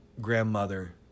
grandmother